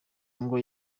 ngo